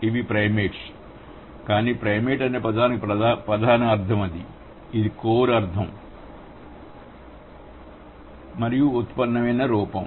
ఇవి ప్రైమేట్స్ కానీ ప్రైమేట్ అనే పదానికి ప్రధాన అర్ధం ఇది ఇది కోర్ అర్ధం మరియు ఇది ఉత్పన్నమైన రూపం